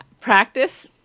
practice